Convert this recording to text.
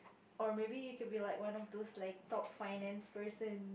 or maybe you could be like one of those like top finance person